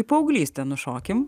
į paauglystę nušokime